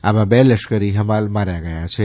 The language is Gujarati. આમાં બે લશ્કરી ફમાલ માર્યા ગયા છે